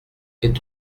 est